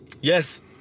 Yes